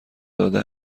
داده